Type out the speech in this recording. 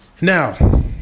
Now